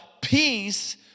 peace